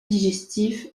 digestif